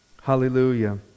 Hallelujah